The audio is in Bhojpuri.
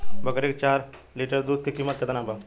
बकरी के चार लीटर दुध के किमत केतना बा?